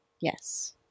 Yes